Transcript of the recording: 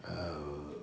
um